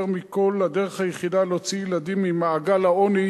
יותר מכול, הדרך היחידה להוציא ילדים ממעגל העוני